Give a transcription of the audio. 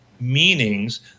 meanings